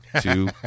two